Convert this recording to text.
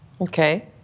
Okay